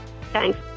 Thanks